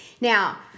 Now